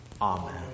Amen